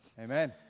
Amen